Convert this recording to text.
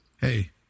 Hey